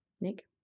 Nick